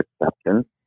acceptance